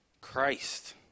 Christ